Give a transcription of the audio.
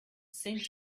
seemed